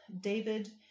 David